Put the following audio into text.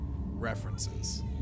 references